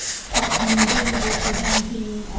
stop being visible, presenting,